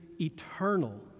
eternal